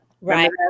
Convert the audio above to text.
Right